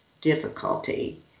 difficulty